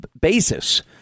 basis